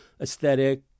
aesthetic